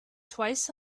twice